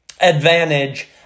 advantage